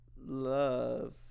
love